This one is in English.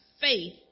faith